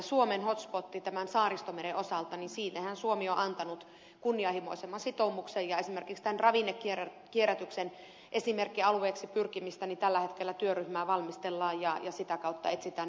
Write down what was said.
suomen hot spotista joka on tämän saaristomeren osalta suomi on antanut kunnianhimoisemman sitoumuksen ja esimerkiksi ravinnekierrätyksen esimerkkialueeksi pyrkimiseksi tällä hetkellä työryhmää valmistellaan ja sitä kautta etsitään ne konkreettiset toimenpiteet